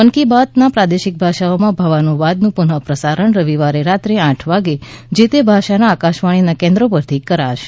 મન કી બાતના પ્રાદેશિક ભાષાઓમાં ભાવાનુવાદનું પુનઃ પ્રસારણ રવિવારે રાત્રે આઠ વાગે જે તે ભાષાના આકાશવાણીના કેન્દ્રો પરથી કરાશે